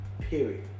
Period